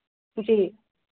जी